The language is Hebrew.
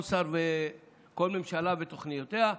כל ממשלה ותוכניותיה.